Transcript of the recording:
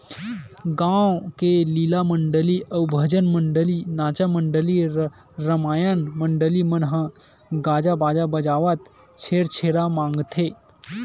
गाँव के लीला मंडली अउ भजन मंडली, नाचा मंडली, रमायन मंडली मन ह गाजा बाजा बजावत छेरछेरा मागथे